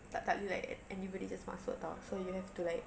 tak bagi like anybody just masuk tahu so you have to like